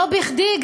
לא בכדי,